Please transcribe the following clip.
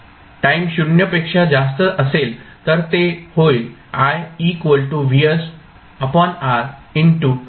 time t 0 पेक्षा जास्त असेल तर ते होईल